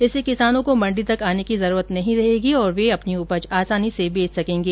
इससे किसानों को मंडी तक आने की जरूरत नहीं रहेगी और वे अपनी उपज आसानी से बेच सकेंगे